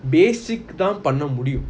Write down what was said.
basic தான் பண்ண முடியும்:thaan panna mudiyum